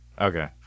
okay